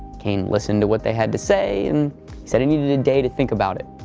kane listened to what they had to say and said he needed a day to think about it.